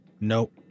Nope